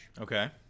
Okay